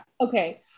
Okay